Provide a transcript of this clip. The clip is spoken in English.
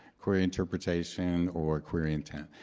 query interpretation, or query intent.